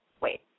wait